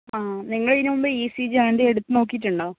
ആ നിങ്ങൾ ഇതിനു മുൻപ് ഇ സി ജി അങ്ങനെ എന്തെങ്കിലും എടുത്ത് നോക്കിയിട്ടുണ്ടോ